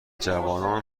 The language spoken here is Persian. جوانان